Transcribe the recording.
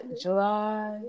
July